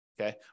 okay